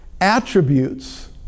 attributes